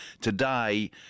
Today